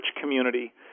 community